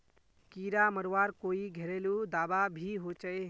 कीड़ा मरवार कोई घरेलू दाबा भी होचए?